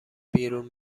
بیرون